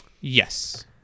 Yes